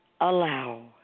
Allow